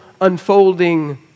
unfolding